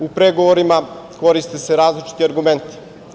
U pregovorima se koriste različiti argumenti.